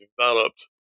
developed